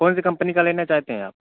کون سی کمپنی کا لینا چاہتے ہیں آپ